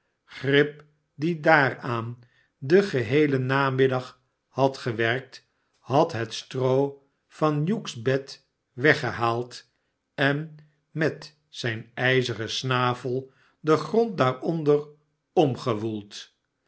grip die daaraan den geheelen namiddag had gewerkt had het stroo van hugh's bed weggehaald en met zijn ijzeren snavel den grond daaronder omgewoeld